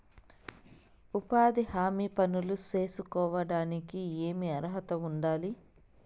ఉపాధి హామీ పనులు సేసుకోవడానికి ఏమి అర్హత ఉండాలి?